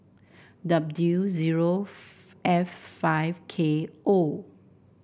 W zero F five K O